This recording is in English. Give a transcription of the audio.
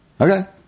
okay